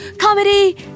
Comedy